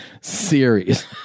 series